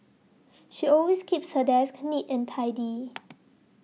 she always keeps her desk neat and tidy